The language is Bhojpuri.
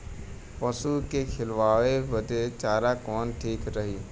पशु के खिलावे बदे चारा कवन ठीक रही?